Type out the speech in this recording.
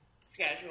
schedule